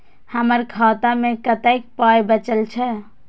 हमर खाता मे कतैक पाय बचल छै